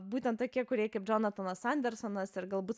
būtent tokie kurie kaip džonatanas andersonas ir galbūt